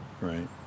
Right